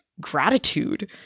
gratitude